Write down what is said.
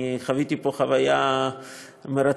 אני חוויתי פה חוויה מרתקת,